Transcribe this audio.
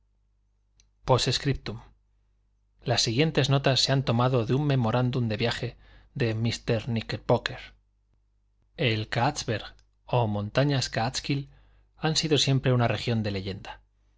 post scriptum las siguientes notas se han tomado de un memorándum de viaje de mr kníckerbocker el káatsberg o montañas káatskill han sido siempre una región de leyenda